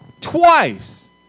twice